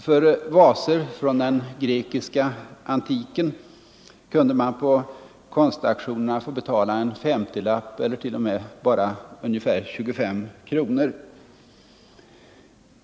För vaser från den grekiska antiken kunde man på konstauktionerna få betala en femtiolapp eller t.o.m. bara ungefär 25 kronor.